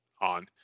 on